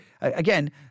Again